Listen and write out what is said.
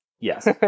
Yes